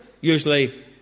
Usually